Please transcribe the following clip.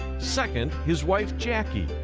second, his wife jackie,